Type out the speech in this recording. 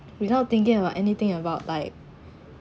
without thinking about anything about like